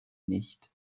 nicht